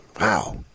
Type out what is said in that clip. wow